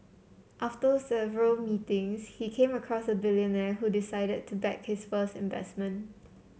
after several meetings he came across a billionaire who decided to back his first investment